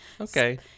okay